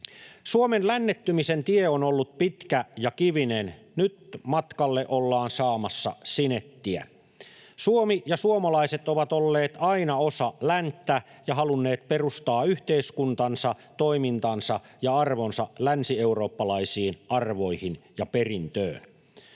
Suomen lännettymisen tie on ollut pitkä ja kivinen. Nyt matkalle ollaan saamassa sinettiä. Suomi ja suomalaiset ovat olleet aina osa länttä ja halunneet perustaa yhteiskuntansa, toimintansa ja arvonsa länsieurooppalaisiin arvoihin ja perintöön.